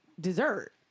dessert